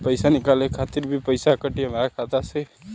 पईसा निकाले खातिर भी पईसा कटी हमरा खाता से?